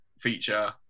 feature